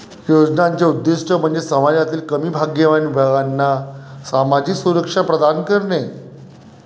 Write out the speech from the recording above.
योजनांचे उद्दीष्ट म्हणजे समाजातील कमी भाग्यवान विभागांना सामाजिक सुरक्षा प्रदान करणे